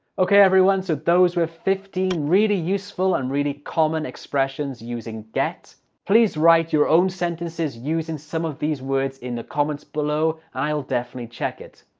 okay everyone, so those were fifteen really useful and really common expressions using get please write your own sentences using some of these words in the comments below and i'll definitely check it.